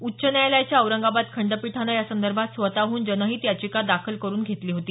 उच्च न्यायालयाच्या औरंगाबाद खंडपीठानं यासंदर्भात स्वतःहून जनहित याचिका दाखल करुन घेतली होती